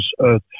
earth